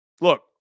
look